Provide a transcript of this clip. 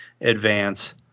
advance